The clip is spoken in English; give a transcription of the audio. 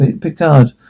Picard